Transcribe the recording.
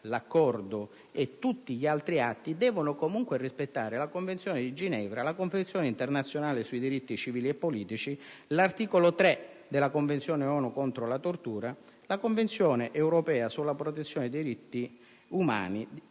l'Accordo e tutti gli altri atti devono comunque rispettare la Convenzione di Ginevra, la Convenzione internazionale sui diritti civili e politici, l'articolo 3 della Convenzione ONU contro la tortura, la Convenzione europea per la protezione dei diritti umani